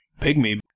Pygmy